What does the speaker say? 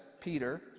Peter